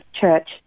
church